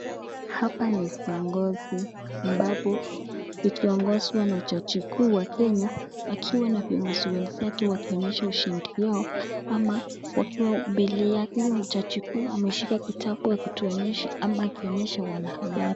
Hapa ni viongozi ambapo ikiongoshwa na jaji kuu ymwa Kenya akiwa na viongozi wenzake akionyesha ushidikisi yao jaji kuu akisha kitabu kutuonyesha wanahabari.